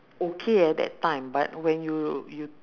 okay at that time but when you you